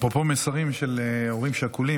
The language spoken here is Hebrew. אפרופו מסרים של הורים שכולים,